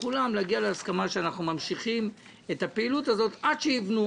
כולם שאנחנו ממשיכים את הפעילות הזאת עד שיבנו,